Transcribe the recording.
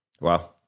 Wow